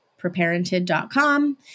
preparented.com